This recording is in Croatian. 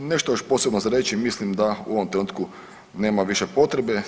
Nešto još posebno za reći mislim da u ovom trenutku nema više potrebe.